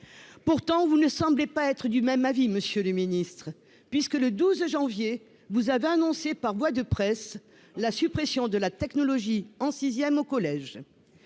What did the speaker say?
Pourtant, vous ne semblez pas être du même avis, monsieur le ministre, puisque, le 12 janvier dernier, vous avez annoncé, par voie de presse, la suppression de la technologie en sixième, au collège.